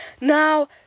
Now